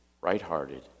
right-hearted